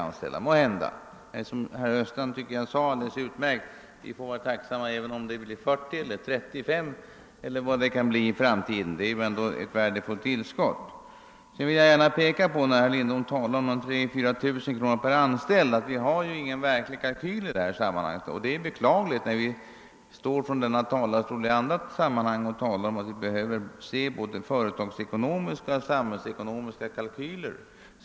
Jag instämmer emellertid i vad herr Östrand sade om att företaget utgör ett värdefullt tillskott, trots att de anställdas antal inte är så stort. Vi får vara tacksamma för detta tillskott, även om det i framtiden endast kommer att finnas 35—40 anställda. När herr Lindholm talar om merkostnad på 3 000—4 000 kr. per anställd för Söderhamnsalternativet vill jag påpeka att det inte finns någon verklig kostnadskalkyl. Det är beklagligt eftersom vi från denna talarstol i andra liknande sammanhang brukar efterlysa både företagsekonomiska och samhällsekonomiska kalkyler.